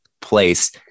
place